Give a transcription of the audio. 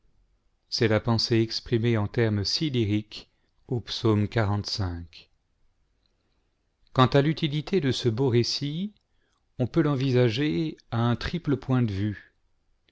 c'est la pensée exprimée en termes si lyriques au psaume xi v quant à l'utilité de ce beau récit on peut l'envisagera un triple point de vue